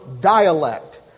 dialect